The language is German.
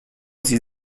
sie